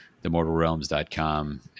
themortalrealms.com